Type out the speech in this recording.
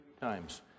times